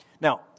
Now